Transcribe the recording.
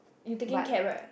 you taking cab right